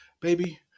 baby